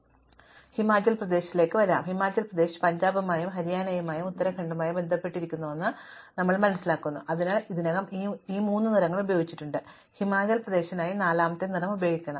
എന്നിരുന്നാലും ഞങ്ങൾ ഹിമാചൽ പ്രദേശിലേക്ക് വരാം ഹിമാചൽ പ്രദേശ് പഞ്ചാബുമായും ഹരിയാനയുമായും ഉത്തരാഖണ്ഡുമായും ബന്ധപ്പെട്ടിരിക്കുന്നുവെന്ന് ഞങ്ങൾ മനസ്സിലാക്കുന്നു അതിനാൽ ഞങ്ങൾ ഇതിനകം ഈ മൂന്ന് നിറങ്ങൾ ഉപയോഗിച്ചിട്ടുണ്ട് ഹിമാചൽ പ്രദേശിനായി നാലാമത്തെ നിറം ഉപയോഗിക്കണം